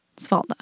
Svalda